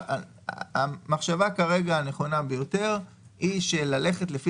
המחשבה הנכונה ביותר כרגע היא ללכת לפי